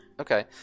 okay